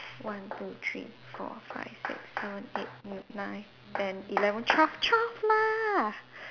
one two three four five six seven eight n~ nine ten eleven twelve twelve lah